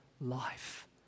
life